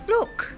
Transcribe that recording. Look